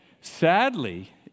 Sadly